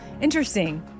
Interesting